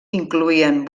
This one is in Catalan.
incloïen